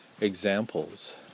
examples